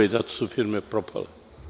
Zato su firme i propale.